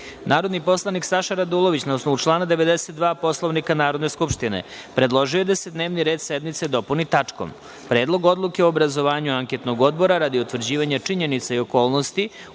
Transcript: predlog. Narodni poslanik Saša Radulović, na osnovu člana 92. Poslovnika Narodne skupštine, predložio je da se dnevni red sednice dopuni tačkom Predlog odluke o obrazovanju anketnog odbora radi uvida u celokupan izborni